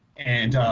and